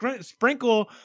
sprinkle